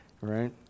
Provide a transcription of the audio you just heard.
right